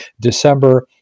December